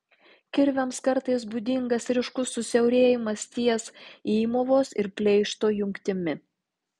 kirviams kartais būdingas ryškus susiaurėjimas ties įmovos ir pleišto jungtimi